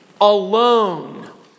alone